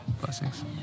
Blessings